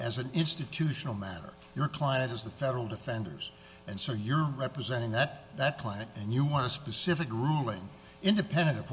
as an institutional matter your client is the federal defenders and so you're representing the planet and you want a specific ruling independent